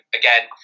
again